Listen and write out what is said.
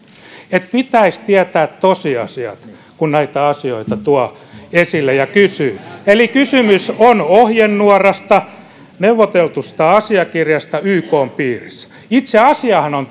pitäisi tietää tosiasiat kun näitä asioita tuo esille ja niistä kysyy eli kysymys on ohjenuorasta neuvotellusta asiakirjasta ykn piirissä itse asiahan on